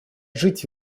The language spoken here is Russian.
жить